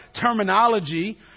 terminology